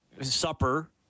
supper